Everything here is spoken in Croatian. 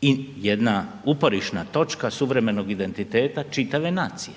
i jedna uporišna točka suvremenog identiteta čitave nacije.